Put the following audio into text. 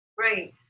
Right